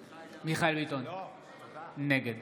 (קורא בשם חבר הכנסת) מיכאל מרדכי ביטון, נגד